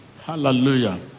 Hallelujah